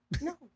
No